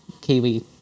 Kiwi